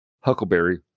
huckleberry